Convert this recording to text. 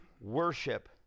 worship